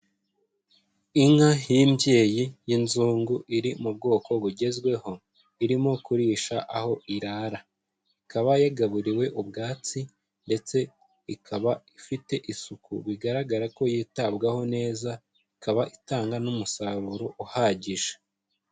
Inka y'imbyeyi y'inzungu iri mu bwoko bugezweho. Irimo kurisha aho irara. Ikaba yagaburiwe ubwatsi ndetse ikaba ifite isuku bigaragara ko yitabwaho neza, ikaba itanga n'umusaruro uhagije.